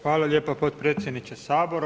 Hvala lijepa potpredsjedniče Sabora.